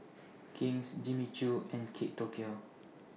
King's Jimmy Choo and Kate Tokyo